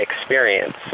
experience